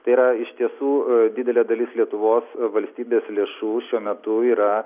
tai yra iš tiesų didelė dalis lietuvos valstybės lėšų šiuo metu yra